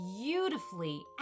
beautifully